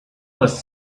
was